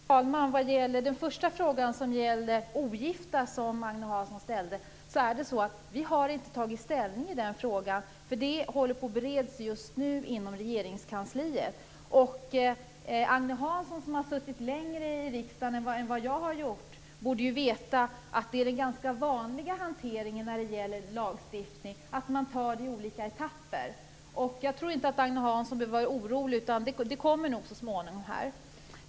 Fru talman! Vad gäller den första frågan om ogifta har vi inte tagit ställning, utan den håller på att beredas inom Regeringskansliet. Agne Hansson, som har suttit längre i riksdagen än vad jag har gjort, borde veta att den vanliga hanteringen när det gäller lagstiftning är att man tar det i olika etapper. Jag tror inte att Agne Hansson behöver vara orolig, frågan kommer så småningom.